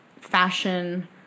fashion